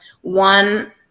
one